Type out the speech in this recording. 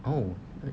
oh